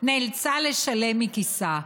נאלצה לשלם מכיסה.